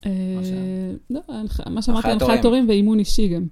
אה...מה שאמרתי לא, מה שאמרתי הנחיית הורים ואימון אישי גם